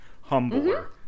humbler